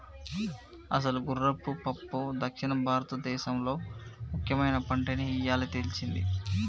అసలు గుర్రపు పప్పు దక్షిణ భారతదేసంలో ముఖ్యమైన పంటని ఇయ్యాలే తెల్సింది